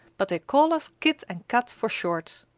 but they call us kit and kat for short.